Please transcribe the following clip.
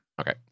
okay